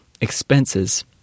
expenses